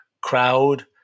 crowd